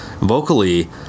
vocally